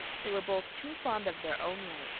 they were both too fond of their own way,